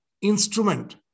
instrument